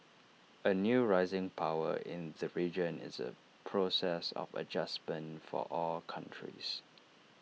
A new rising power in the region is A process of adjustment for all countries